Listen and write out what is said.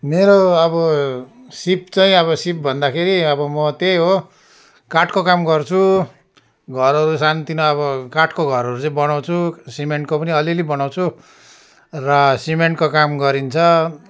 मेरो अब सिप चाहिँ अब सिप भन्दाखेरि अब म त्यही हो काठको काम गर्छु घरहरू सानो तिनो अब काठको घरहरू चाहिँ बनाउँछु सिमेन्टको पनि आलिअलि बनाउँछु र सिमेन्टको काम गरिन्छ